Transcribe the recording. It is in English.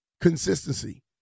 consistency